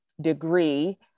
degree